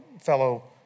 fellow